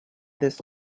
this